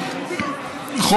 עודד פורר ונוספים.